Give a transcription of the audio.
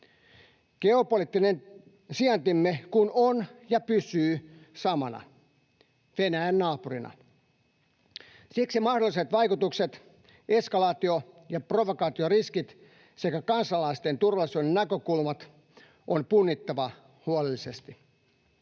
Geopoliittinen sijaintimme kun on ja pysyy samana: Venäjän naapurina. Siksi mahdolliset vaikutukset, eskalaatio- ja provokaatioriskit sekä kansalaisten turvallisuuden näkökulmat on punnittava huolellisesti.